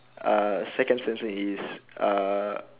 uh second sentence is uh